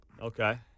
Okay